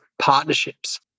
partnerships